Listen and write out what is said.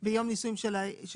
חופשת ביום נישואין של ילד.